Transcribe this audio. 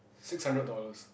six hundred dollars